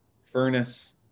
furnace